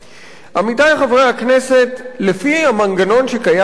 עמיתי חברי הכנסת, לפי המנגנון שקיים היום,